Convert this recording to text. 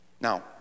Now